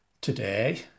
today